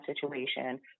situation